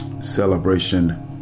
celebration